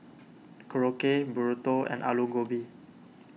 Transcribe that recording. Korokke Burrito and Alu Gobi